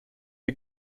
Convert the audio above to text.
die